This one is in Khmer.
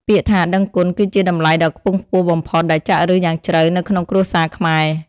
ពាក្យថា "ដឹងគុណ" គឺជាតម្លៃដ៏ខ្ពង់ខ្ពស់បំផុតដែលចាក់ឫសយ៉ាងជ្រៅនៅក្នុងគ្រួសារខ្មែរ។